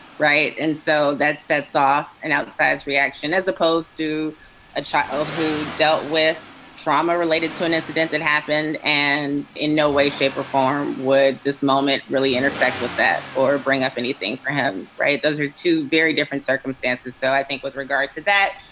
right. and so that sets off an outsize reaction as opposed to a child who dealt with trauma related to an incident that happened. and in no way, shape or form would this moment really intersect with that or bring up anything for him. right. those are two very different circumstances. so i think with regard to that,